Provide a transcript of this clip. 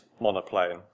monoplane